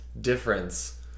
difference